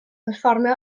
perfformio